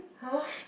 !huh!